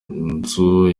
nzu